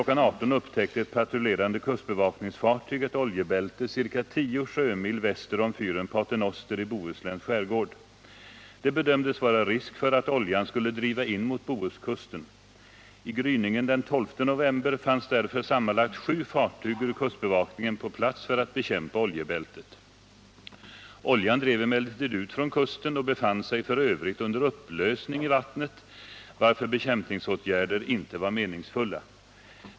18.00 upptäckte ett patrullerande kustbevakningsfartyg ett oljebälte ca 10 sjömil väster om fyren Pater Noster i Bohusläns skärgård. Det bedömdes vara risk för att oljan skulle driva in mot Bohuskusten. I gryningen den 12 november fanns därför sammanlagt sju fartyg ur kustbevakningen på plats för att bekämpa oljebältet. Oljan drev emellertid ut från kusten och befann sig f. ö. under upplösning i vattnet, varför bekämpningsåtgärder inte var meningsfulla.